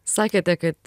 sakėte kad